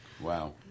Wow